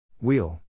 Wheel